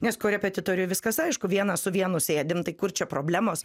nes korepetitoriui viskas aišku viena su vienu sėdim tai kur čia problemos